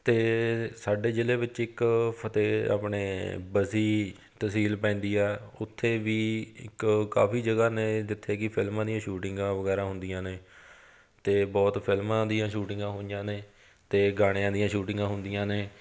ਅਤੇ ਸਾਡੇ ਜ਼ਿਲ੍ਹੇ ਵਿੱਚ ਇੱਕ ਫਤਿਹ ਆਪਣੇ ਬਸੀ ਤਹਿਸੀਲ ਪੈਂਦੀ ਆ ਉੱਥੇ ਵੀ ਇੱਕ ਕਾਫੀ ਜਗ੍ਹਾ ਨੇ ਜਿੱਥੇ ਕਿ ਫਿਲਮਾਂ ਦੀਆਂ ਸ਼ੂਟਿੰਗਾਂ ਵਗੈਰਾ ਹੁੰਦੀਆਂ ਨੇ ਅਤੇ ਬਹੁਤ ਫਿਲਮਾਂ ਦੀਆਂ ਸ਼ੂਟਿੰਗਾਂ ਹੋਈਆਂ ਨੇ ਅਤੇ ਗਾਣਿਆਂ ਦੀਆਂ ਸ਼ੂਟਿੰਗਾਂ ਹੁੰਦੀਆਂ ਨੇ